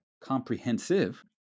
comprehensive